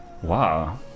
Wow